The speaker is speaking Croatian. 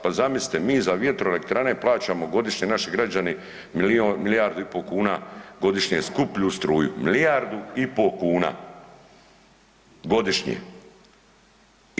Pa zamislite, mi za vjetroelektrane plaćamo godišnje, naši građani milijardu i po kuna godišnje skuplju struju, milijardu i po kuna godišnje.